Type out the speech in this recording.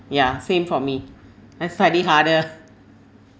yeah same for me I study harder